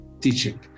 teaching